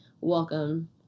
welcome